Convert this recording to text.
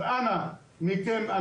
אז אנא מכם,